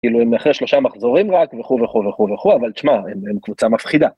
כאילו הם אחרי שלושה מחזורים רק, וכו' וכו' וכו', אבל תשמע, הם קבוצה מפחידה.